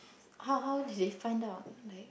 how how did they find out like